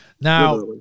Now